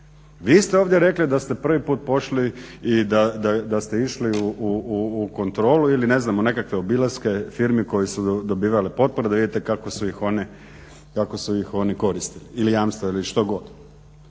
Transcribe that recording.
Vi ste ovdje rekli da ste prvi put pošli i da ste išli u kontrolu ili ne znam u nekakve obilaske firmi koje su dobivale potpore da vidite kako su ih one, kako su ih oni koristili. Ili jamstva ili što god.